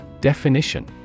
Definition